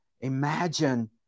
imagine